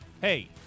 hey